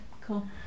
cool